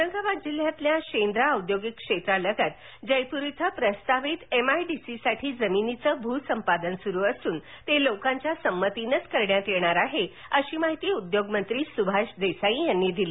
औरंगाबाद जिल्ह्यातील शेंद्रा औद्योगिक क्षेत्रालगत जयपूर येथे प्रस्तावित एमआयडीसीसाठी जमिनीचे भूसंपादन सुरु असून ते लोकांच्या संमतीनेच करण्यात येणार आहे अशी माहिती उद्योगमंत्री सुभाष देसाई यांनी दिली